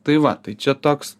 tai va tai čia toks